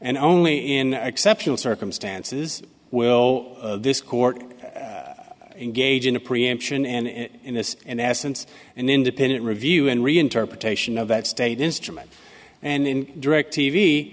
and only in exceptional circumstances will this court engage in a preemption and in this in essence an independent review and reinterpretation of that state instrument and in direct t